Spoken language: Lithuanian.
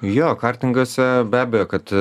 jo kartinguose be abejo kad